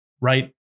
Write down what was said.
right